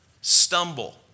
stumble